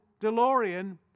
DeLorean